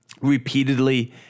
repeatedly